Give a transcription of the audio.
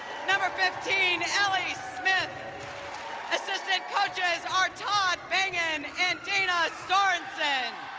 number fifteen, elly smith assistant coaches are todd bengen and dana sorensen